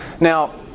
Now